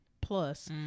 plus